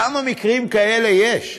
כמה מקרים כאלה יש?